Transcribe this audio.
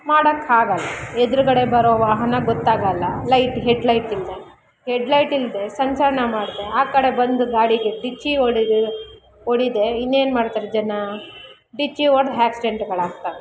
ಮಾಡಕ್ಕಾಗಲ್ಲ ಎದುರುಗಡೆ ಬರೋ ವಾಹನ ಗೊತ್ತಾಗಲ್ಲ ಲೈಟ್ ಹೆಡ್ಲೈಟ್ ಇಲ್ಲದೆ ಹೆಡ್ಲೈಟ್ ಇಲ್ಲದೆ ಸಂಚಲನ ಮಾಡಿದ್ರೆ ಆ ಕಡೆ ಬಂದ ಗಾಡಿಗೆ ಡಿಕ್ಕಿ ಹೊಡೆದು ಹೊಡೀದೇ ಇನ್ನೇನು ಮಾಡ್ತಾರೆ ಜನ ಡಿಕ್ಕಿ ಹೊಡೆದು ಆಕ್ಸಿಡೆಂಟ್ಗಳಾಗ್ತವೆ